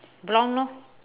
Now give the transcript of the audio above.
blonde lor